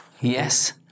Yes